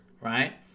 right